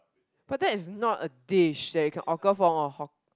but that is not a dish that you can order from a hawker